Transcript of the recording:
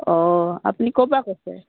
অঁ আপুনি ক'ৰপৰা কৈছে